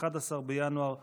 11 בינואר